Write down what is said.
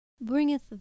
Bringeth